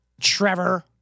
Trevor